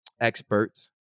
experts